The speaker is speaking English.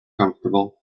comfortable